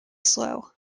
slow